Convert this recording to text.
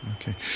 Okay